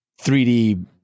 3D